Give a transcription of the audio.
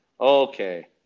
Okay